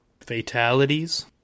Fatalities